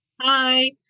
Hi